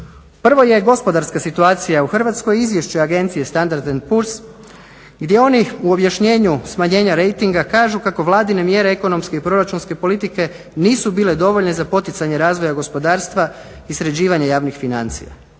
Prvo je gospodarska situacija u Hrvatskoj, izvješće Agencije standard and puls gdje oni u objašnjenju smanjenja rejtinga ražu kako vladine mjere ekonomske i proračunske politike nisu bile dovoljne za poticanje razvoja gospodarstva i sređivanje javnih financija.